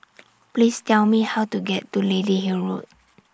Please Tell Me How to get to Lady Hill Road